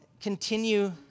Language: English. continue